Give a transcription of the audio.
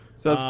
so scott,